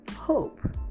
Hope